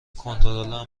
کنترلم